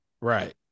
Right